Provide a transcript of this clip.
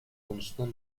konusuna